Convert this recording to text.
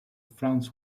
franz